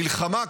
המלחמה,